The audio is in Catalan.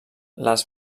les